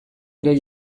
ere